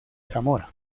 zamora